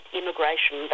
immigration